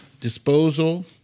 disposal